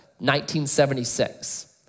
1976